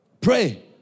pray